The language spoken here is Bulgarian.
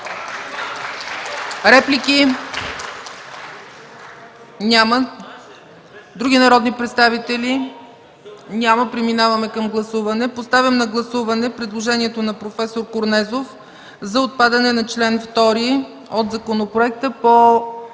Реплики? Няма. Други народни представители? Няма. Преминаваме към гласуване. Поставям на гласуване предложението на проф. Корнезов за отпадане на чл. 2 от законопроекта по